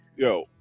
Yo